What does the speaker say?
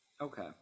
okay